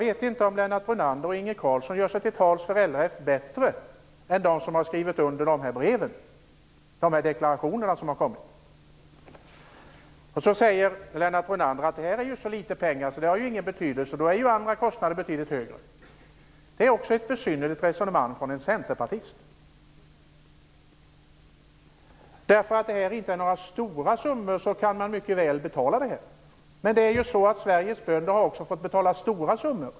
Är Lennart Brunander och Inge Carlsson bättre talesmän för LRF än de som har skrivit under de deklarationer som har kommit i brev? Lennart Brunander säger att det här är så litet pengar att det inte har någon betydelse - då är ju andra kostnader betydligt högre. Det är också ett besynnerligt resonemang från en centerpartist: Eftersom det här inte är några stora summor kan man mycket väl betala dem. Men Sveriges bönder har ju också fått betala stora summor.